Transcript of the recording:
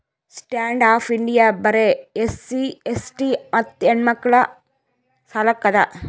stand up India ಬರೆ SC ST ಮತ್ತ ಹೆಣ್ಣಮಕ್ಕುಳ ಸಲಕ್ ಅದ